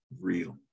real